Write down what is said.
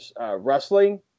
wrestling